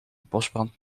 bosbrand